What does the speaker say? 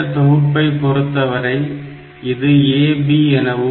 இந்த தொகுப்பை பொறுத்தவரை இது AB எனவும்